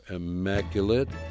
immaculate